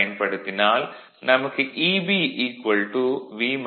பயன்படுத்தினால் நமக்கு Eb V Ia R ra எனக் கிடைக்கும்